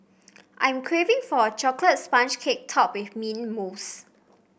I'm craving for a chocolate sponge cake topped with mint mousse